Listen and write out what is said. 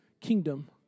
kingdom